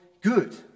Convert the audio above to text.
good